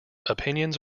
opinions